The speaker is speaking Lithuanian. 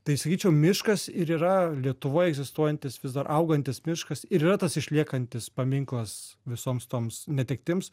tai sakyčiau miškas ir yra lietuvoj egzistuojantis vis dar augantis miškas ir yra tas išliekantis paminklas visoms toms netektims